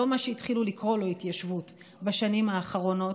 לא מה שהתחילו לקרוא לו התיישבות בשנים האחרונות